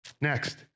Next